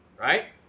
right